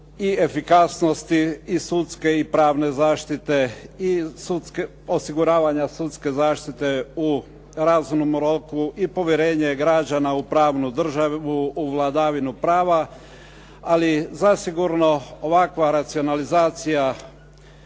i efikasnosti i sudske i pravne zaštite i osiguravanja sudske zaštite u razumnom roku, i povjerenje građana u pravnu državu, u vladavinu prava ali zasigurno ovakva racionalizacija